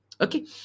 Okay